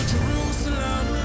Jerusalem